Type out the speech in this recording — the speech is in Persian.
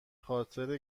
خاطر